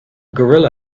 gorilla